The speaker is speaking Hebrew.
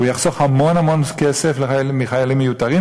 הוא יחסוך המון המון כסף של חיילים מיותרים